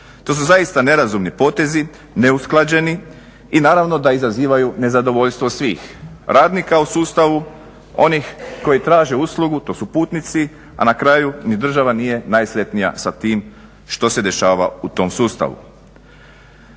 to su zaista nerazumni potezi, neusklađeni i naravno da izazivaju nezadovoljstvo svih radnika u sustavu, onih koji traže uslugu, to su putnici, a na kraju ni država nije najsretnija sa tim što se dešava u tom sustavu.